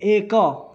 ଏକ